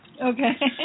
Okay